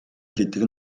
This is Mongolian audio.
гэдэг